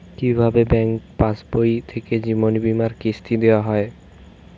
কি ভাবে ব্যাঙ্ক পাশবই থেকে জীবনবীমার কিস্তি দেওয়া হয়?